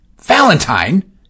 Valentine